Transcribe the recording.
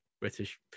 british